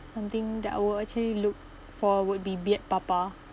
something that I'd will actually look for would be beard papa